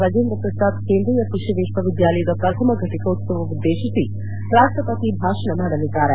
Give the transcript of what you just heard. ರಾಜೇಂದ್ರ ಪ್ರಸಾದ್ ಕೇಂದ್ರೀಯ ಕೃಷಿ ವಿಶ್ವವಿದ್ಯಾಲಯದ ಪ್ರಥಮ ಫ ಟಿಕೋತ್ಪವವನ್ನುದ್ದೇಶಿಸಿ ರಾಷ್ಟಪತಿ ಭಾಷಣ ಮಾಡಲಿದ್ದಾರೆ